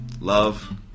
Love